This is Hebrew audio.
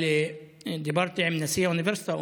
דיברתי עם נשיא האוניברסיטה,